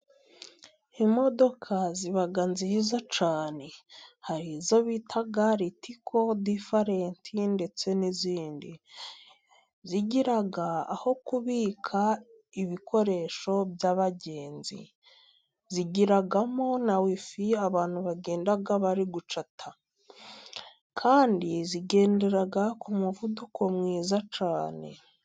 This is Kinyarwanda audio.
Imodoka ziba nziza cyane. Hari izo bita Litiko, Difarenti ndetse n'izindi. Zigira aho kubika ibikoresho by'abagenzi, zigiragimo na WIFI abantu bagenda bari gucata, kandi zigendera ku muvuduko mwiza cyane.